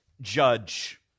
judge